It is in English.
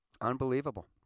Unbelievable